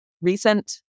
recent